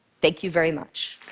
thank you very much.